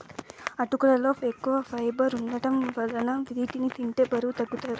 అటుకులలో ఎక్కువ ఫైబర్ వుండటం వలన వీటిని తింటే బరువు తగ్గుతారు